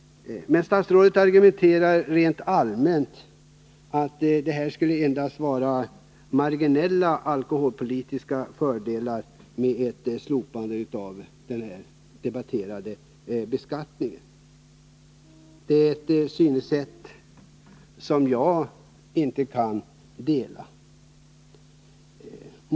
Statsrådet argumenterar rent allmänt så, att det endast skulle vara marginella alkoholpolitiska fördelar med ett slopande av den här diskuterade beskattningen. Det är ett synsätt som jag inte kan ansluta mig till.